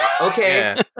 okay